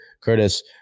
Curtis